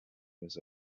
was